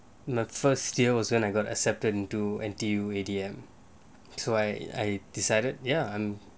the first year was when I got accepted into N_T_U A_D_M so I I decided ya um